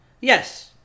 Yes